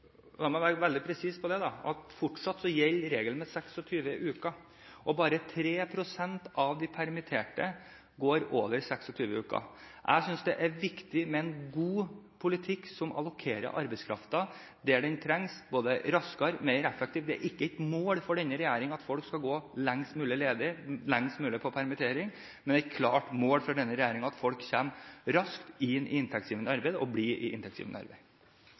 la meg være veldig presis på at regelen om 26 uker fortsatt gjelder. Bare 3 pst. av de permitterte går over 26 uker. Jeg synes det er viktig med en god politikk som allokerer arbeidskraften der den trengs både raskere og mer effektivt. Det er ikke et mål for denne regjeringen at folk skal gå lengst mulig ledig eller på permittering, men det er et klart mål at folk skal komme raskt inn i inntektsgivende arbeid og bli i inntektsgivende arbeid.